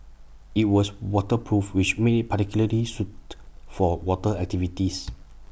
IT was waterproof which made IT particularly suited for water activities